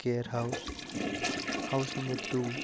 care house house number two